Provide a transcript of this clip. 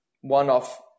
one-off